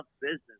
business